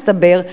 מסתבר,